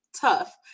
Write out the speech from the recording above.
tough